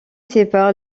sépare